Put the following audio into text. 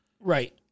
Right